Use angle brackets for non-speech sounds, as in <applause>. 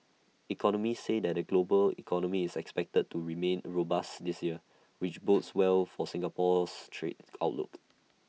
economists say that the global economy is expected to remain robust this year which bodes <noise> well for Singapore's trade outlook